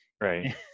Right